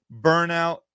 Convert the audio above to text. burnout